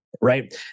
right